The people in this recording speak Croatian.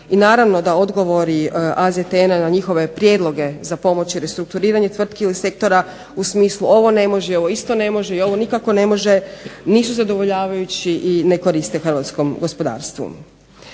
I naravno da odgovori AZTN-a na njihove prijedloge za pomoć i restrukturiranje tvrtki ili sektora u smislu ovo ne može, ovo isto ne može i ovo nikako ne može nisu zadovoljavajući i ne koriste hrvatskom gospodarstvu.